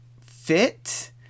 fit